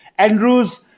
Andrews